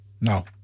No